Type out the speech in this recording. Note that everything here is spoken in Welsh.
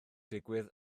digwydd